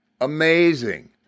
Amazing